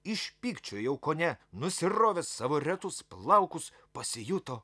iš pykčio jau kone nusirovęs savo retus plaukus pasijuto